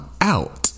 out